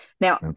now